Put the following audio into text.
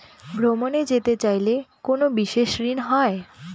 ভ্রমণে যেতে চাইলে কোনো বিশেষ ঋণ হয়?